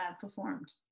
performed